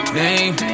name